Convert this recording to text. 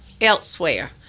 elsewhere